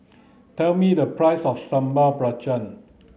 tell me the price of Sambal Belacan